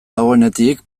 dagoenetik